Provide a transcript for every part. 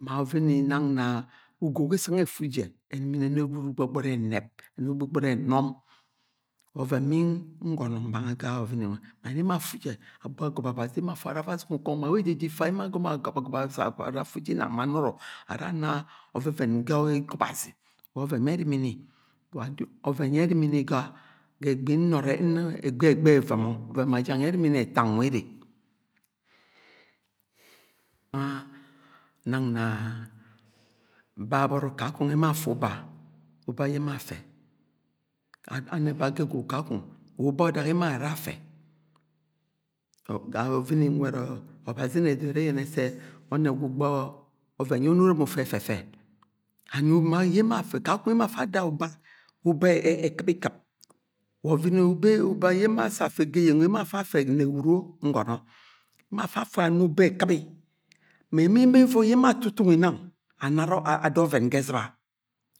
Ma ọvini nang ugog esang efu je ẹna ẹdudu gbọgbọri ẹnẹb ẹdudu gbọgbọri ẹnọm ọvẹn bi ngọnọ nbanga ga ọvini nwẹ ma nẹ emo afu jẹ abo agọbẹ ọbazi emo afu ara afa azungọ ukọnọgọ ma we eje jẹ ifa emo agọmọ ara afu jinang ma nọrọ ara ana ọvẹvẹn ga ikọbazi wa ọvẹn bẹ ẹrimi ni, wa ọvẹn yẹ ẹrimi ni ẹgbẹ egbẹ ẹvọmọ ọvẹn ma jẹng yẹ ẹrimi ní ẹta nwẹ ere nang na babọrọ kakong emo afẹ uba uba yẹ emo afẹ anẹba ga ẹgwugwu kakọnv wa uba ọdak eme area afẹ ga ọviníe nwẹd ọbazi edoro ẹrẹ yẹnẹ sẹ ọnẹgwa ugbọ ọven yẹ onurom ufẹ ẹfẹfẹ kakung emo afa ada uba ẹkɨbikɨp wa ọvini uba uba yẹ emo assa afẹ ga eyeng emo afa afẹ na na ewuruo ngọnọ emo afa afẹ ano uba ẹkɨbi ma ẹma emo ẹvoi yẹ emo atutungi nang anora ada ọvẹn ga ezɨba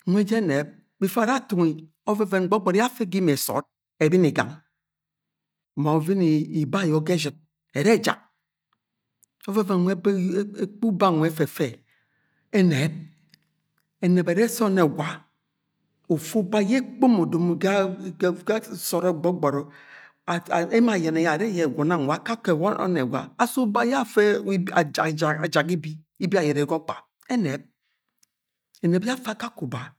nwẹ ẹnẹp before ara atungi ọvẹvẹn gbọgbọri yẹ afẹ ga imie sọọd ẹbigang ma ọvini iba ayọ ga ẹshin ẹrẹ ẹjak ọvẹvẹn nwẹ bẹ ẹkpuuba nwẹ ẹfẹfẹ ẹnẹp ẹnẹp ọrẹ sẹ ọnẹgwa ufẹ uba yẹ ẹkpo mọ domi ga sọọd ẹ gbọgbọri emo ayẹnẹ yẹ are yẹ gwọ nang wa akakẹ wọọnẹgwa asi uba yẹ afẹ ajak ibi, ibi ayọ ere ga ọgba ẹnẹp ẹnẹp ẹnẹp yẹ afẹ akakẹ uba